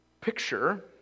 Picture